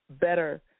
better